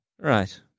Right